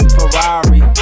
Ferrari